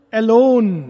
alone